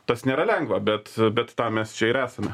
tas nėra lengva bet bet tem mes čia ir esame